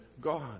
God